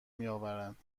میآورند